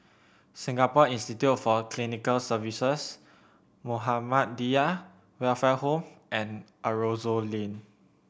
Singapore Institute for Clinical Services Muhammadiyah Welfare Home and Aroozoo Lane